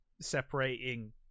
separating